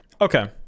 Okay